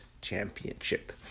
Championship